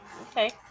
Okay